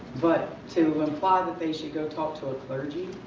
but to imply that they should go talk to a clergy.